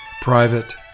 private